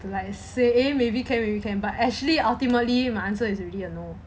like say maybe can maybe can but actually ultimately my answer is already a no